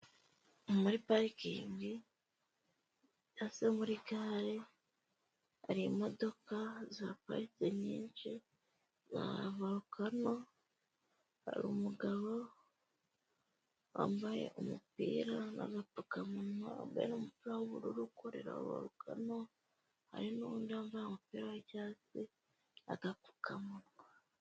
Muri parikingi cyangwa se muri gare hari imodoka zihaparitse nyinshi za volokano, hari umugabo wambaye umupira n'agapfukamunwa, wambaye umupira w'ubururu ukorera volokano, hari n'undi wambaye umupira w'icyatsi n'agapfukamunwa.